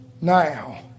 now